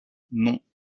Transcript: non